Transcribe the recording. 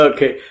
Okay